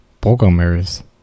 programmers